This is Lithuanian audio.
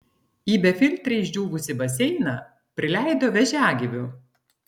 į befiltrį išdžiūvusį baseiną prileido vėžiagyvių